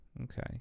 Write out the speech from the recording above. Okay